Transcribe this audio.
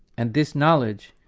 and this knowledge,